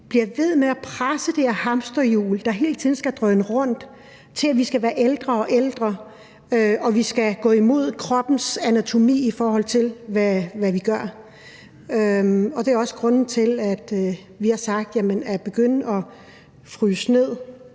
bliver ved med at presse det her hamsterhjul, der hele tiden skal drøne rundt, til, at vi skal være ældre og ældre, og at vi skal gå imod kroppens anatomi i forhold til, hvad vi gør. Det er også grunden til, at vi har sagt, at det at begynde at fryse æg